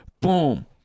Boom